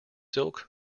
silk